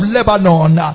Lebanon